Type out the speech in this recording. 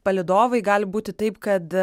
palydovai gali būti taip kad